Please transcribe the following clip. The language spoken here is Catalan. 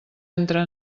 entre